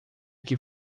que